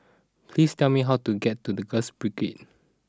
please tell me how to get to the Girls Brigade